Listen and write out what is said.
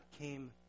came